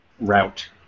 route